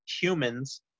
humans